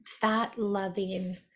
fat-loving